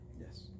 Yes